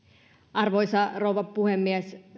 arvoisa rouva puhemies